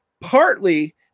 Partly